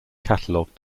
cataloged